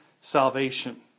salvation